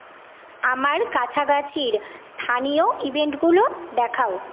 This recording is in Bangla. আমার কাছাকাছির স্থানীয় ইভেন্ট গুলো দেখাও